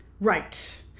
Right